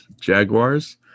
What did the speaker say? Jaguars